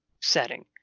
setting